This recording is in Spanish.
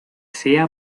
sea